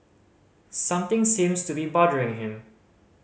something seems to be bothering him